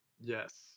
Yes